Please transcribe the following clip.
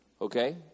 Okay